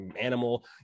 animal